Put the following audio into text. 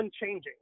unchanging